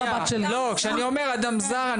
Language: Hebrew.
כשאני אומר אדם זר,